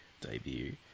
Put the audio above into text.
debut